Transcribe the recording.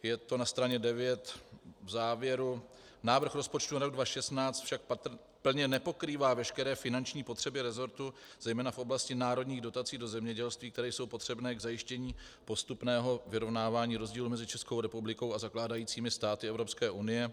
Je to na straně 9 v závěru: Návrh rozpočtu na rok 2016 však plně nepokrývá veškeré finanční potřeby resortu zejména v oblasti národních dotací do zemědělství, které jsou potřebné k zajištění postupného vyrovnávání rozdílů mezi Českou republikou a zakládajícími státy Evropské unie.